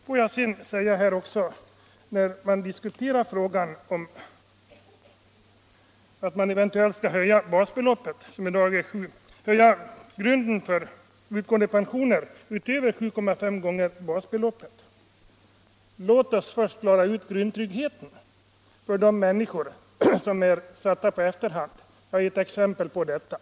Får jag sedan på tal om höjning av grunden för utgående pensioner utöver 7,5 gånger basbeloppet säga: Låt oss först lösa frågan om grundtrygghet för de människor som är satta i efterhand. Jag har gett exempel på sådana fall.